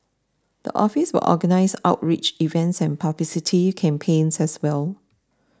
the office will organise outreach events and publicity campaigns as well